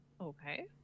okay